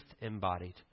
embodied